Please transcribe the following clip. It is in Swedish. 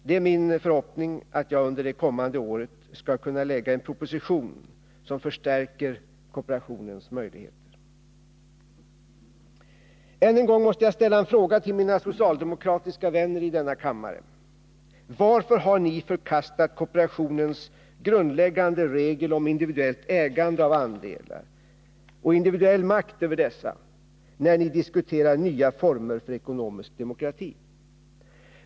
Det är min förhoppning att jag under det kommande året skall kunna lägga fram en proposition med förslag till åtgärder som förstärker kooperationens möjligheter. Än en gång måste jag ställa en fråga till mina socialdemokratiska vänner i denna kammare. Varför har ni förkastat kooperationens grundläggande regel om individuellt ägande av andelar och individuell makt över dessa, när ni diskuterar nya former för ekonomisk demokrati?